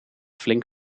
flink